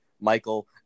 michael